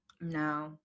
No